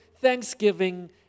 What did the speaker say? thanksgiving